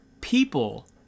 people